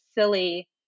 silly